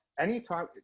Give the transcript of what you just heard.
Anytime